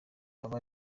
yaba